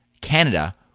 Canada